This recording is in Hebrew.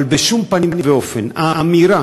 אבל בשום פנים ואופן, האמירה